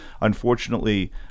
unfortunately